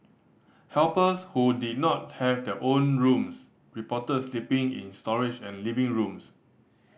helpers who did not have their own rooms reported sleeping in storage and living rooms